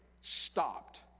stopped